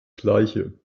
gleiche